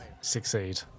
Succeed